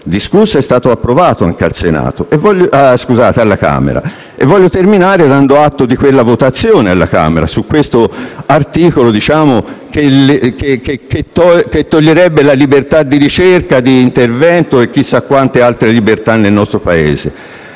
discusso e approvato dalla Camera dei deputati e voglio terminare dando atto della votazione della Camera su questo articolo, che toglierebbe la libertà di ricerca, di intervento e chissà quante altre libertà nel nostro Paese: